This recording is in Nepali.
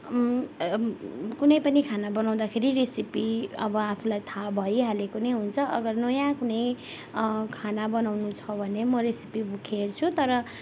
कुनै पनि खाना बनाउँदाखेरि रेसिपी अब आफूलाई थाहा भइहालेको नै हुन्छ अगर नयाँ कुनै खाना बनाउनु छ भने म रेसिपी बुक हेर्छु तर